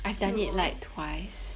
Q_O